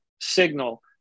signal